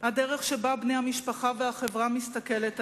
הדרך שבה בני המשפחה והחברה מסתכלים עליו.